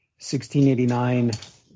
1689